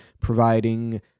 providing